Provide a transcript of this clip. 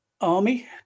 Army